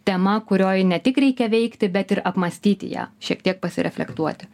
tema kurioj ne tik reikia veikti bet ir apmąstyti ją šiek tiek pasireflektuoti